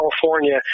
California